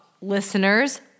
listeners